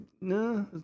no